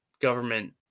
government